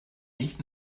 nicht